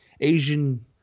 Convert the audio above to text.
Asian